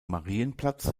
marienplatz